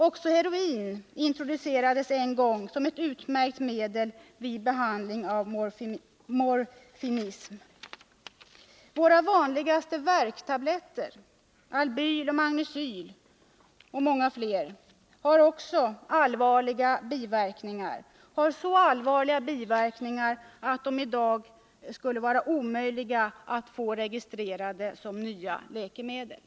Även heroin introducerades en gång som ett utmärkt medel vid behandling av morfinism. Våra vanligaste värktabletter — Albyl, Magnecyl etc. — har också så allvarliga biverkningar att det i dag skulle vara omöjligt att få dem registrerade som nya läkemedel.